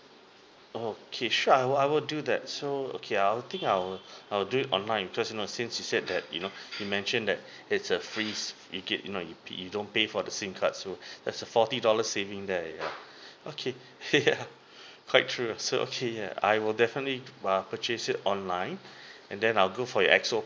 okay sure I will I will do that so okay I'll think I'll I'll do it online because you know since you said that you know you mention that it's a free you get you know yo~ you don't pay for the sim card so that's a forty dollars saving there ya okay sure yeah quite true also okay yeah I will definitely err purchase it online and then I'll go for your X O